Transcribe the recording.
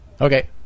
Okay